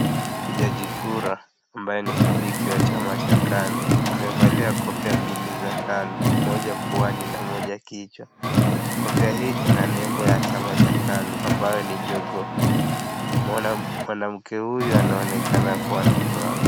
Mpigaji kura ambaye ame ni ni chama cha KANU, amevalia kofia mbili za KANU, moja puani na moja kichwa. Kofia hii ina nembo ya chama cha KANU, ambayo ni jogoo. Mwanamke huyu anaonekana kuwa na furaha.